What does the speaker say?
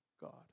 God